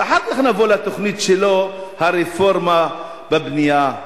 ואחר כך נבוא לתוכנית שלו, הרפורמה בבנייה,